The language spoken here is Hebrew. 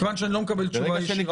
מכיוון שאני לא מקבל תשובה ישירה,